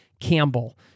Campbell